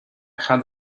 had